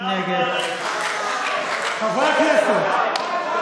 נגד חברי הכנסת.